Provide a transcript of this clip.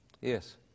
Yes